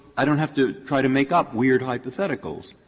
i don't have to try to make up weird hypotheticals.